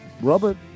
Robert